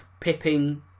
Pipping